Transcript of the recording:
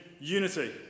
unity